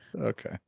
Okay